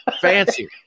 fancy